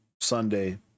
Sunday